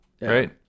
right